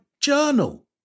journal